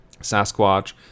Sasquatch